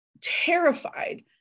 terrified